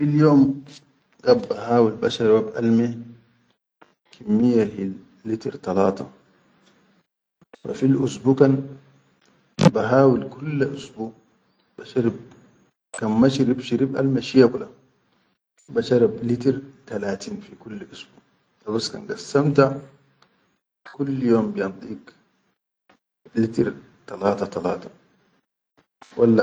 Fil yom gad bahawil basharab alme kimmiye hil litir talata wa fil usbu kan bahawil kulla isbu basharab kan ma shirib shirib akme shiya kula, basharab litir talatin fi kulli usbu, dabas kan gassamta kulli yom biyandik litir talata talata.